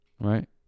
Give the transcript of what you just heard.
Right